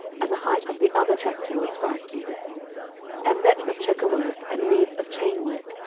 and the height of the other chapiter was five cubits and nets of checker work, and wreaths of chain work,